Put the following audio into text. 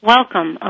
Welcome